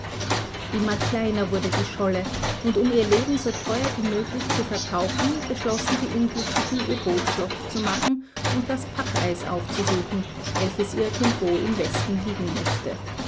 immer kleiner wurde die scholle und um ihr leben so teuer als möglich zu verkaufen beschlossen die unglücklichen ihr boot flott zu machen und das packeis aufzusuchen welches irgendwo im westen liegen mußte